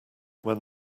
when